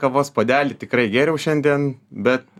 kavos puodelį tikrai geriau šiandien bet